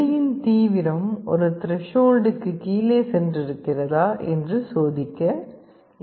ஒளியின் தீவிரம் ஒரு த்ரெஷ்ஹோல்டுக்கு கீழே சென்று இருக்கிறதா என்று சோதிக்க எல்